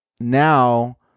now